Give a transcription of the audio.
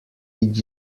did